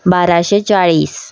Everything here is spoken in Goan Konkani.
बाराशें चाळीस